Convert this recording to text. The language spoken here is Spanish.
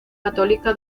católica